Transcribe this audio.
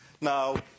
Now